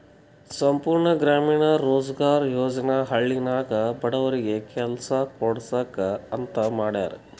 ಸಂಪೂರ್ಣ ಗ್ರಾಮೀಣ ರೋಜ್ಗಾರ್ ಯೋಜನಾ ಹಳ್ಳಿನಾಗ ಬಡವರಿಗಿ ಕೆಲಸಾ ಕೊಡ್ಸಾಕ್ ಅಂತ ಮಾಡ್ಯಾರ್